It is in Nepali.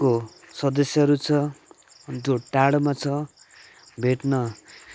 को सदस्यहरू छ अनि त्यो टाडोमा छ भेट्न